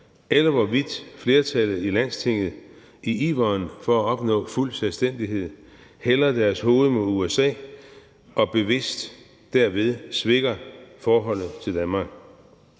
eller hvorvidt flertallet i Landstinget i iveren efter at opnå fuld selvstændighed hælder deres hoved mod USA og derved bevidst svækker forholdet til Danmark.